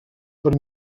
per